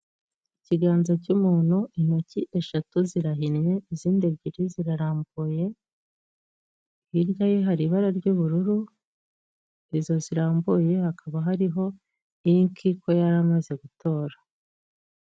Ikiganza cy'umuntu, intoki eshatu zirahinnye, izindi ebyiri zirarambuye, hirya ye hari ibara ry'ubururu, izo zirambuye hakaba hariho inki ko yari amaze gutora.